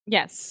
Yes